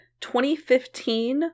2015